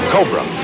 Cobra